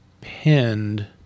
pinned